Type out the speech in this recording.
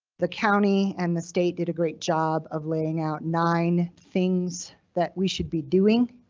the county and the state did a great job of laying out nine things that we should be doing.